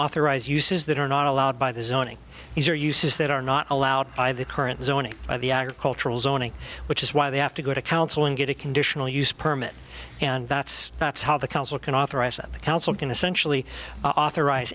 authorize uses that are not allowed by the zoning these are uses that are not allowed by the current zoning by the agricultural zoning which is why they have to go to counseling get a conditional use permit and that's that's how the council can authorize that the council can essentially authorize